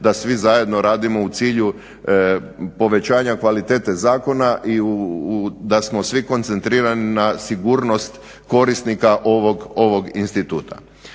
da svi zajedno radimo u cilju povećanja kvalitete zakona i da smo svi koncentrirani na sigurnost korisnika ovog instituta.